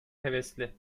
hevesli